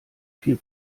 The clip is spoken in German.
viel